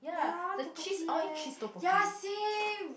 ya tteokbokki eh ya same